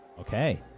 Okay